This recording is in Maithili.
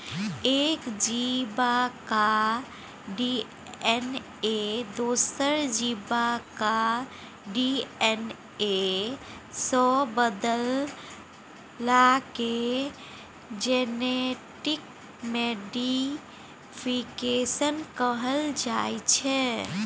एक जीबक डी.एन.ए दोसर जीबक डी.एन.ए सँ बदलला केँ जेनेटिक मोडीफिकेशन कहल जाइ छै